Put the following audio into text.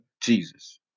Jesus